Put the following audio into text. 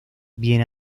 bien